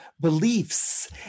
beliefs